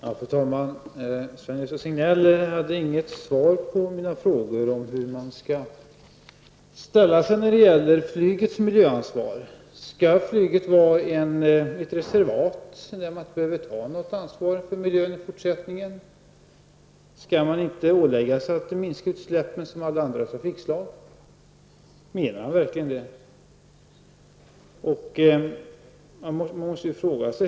Fru talman! Sven-Gösta Signell hade inget svar på mina frågor om hur socialdemokraterna ställer sig till flygets miljöansvar. Skall flyget vara ett reservat där man i fortsättningen inte behöver ta något ansvar för miljön? Skall inte flyget som alla andra trafikslag åläggas att minska utsläppen? Menar verkligen Sven-Gösta Signell detta?